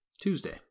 Tuesday